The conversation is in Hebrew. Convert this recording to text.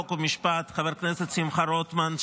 חוק ומשפט חבר הכנסת שמחה רוטמן,